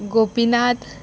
Gopinath